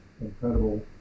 incredible